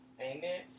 Amen